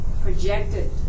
projected